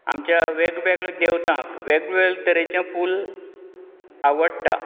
आमच्या वेगवेगळें देवतांक वेगवेगळें तरेचें फूल आवडटा